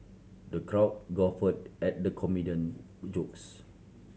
the crowd guffawed at the comedian jokes